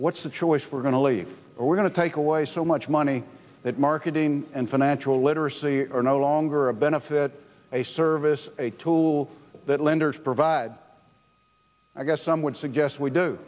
what's the choice we're going to leave or we're going to take away so much money that marketing and financial literacy are no longer a benefit a service a tool that lenders provide i guess some would suggest we do